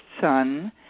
son